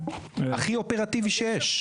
הכי אופרטיבי שיש.